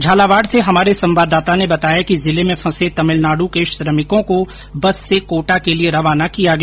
झालावाड से हमारे संवाददाता ने बताया कि जिले में फंसे तमिलनाडु के श्रमिकों को बस से कोटा के लिए रवाना किया गया